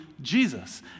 Jesus